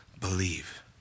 believe